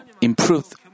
improved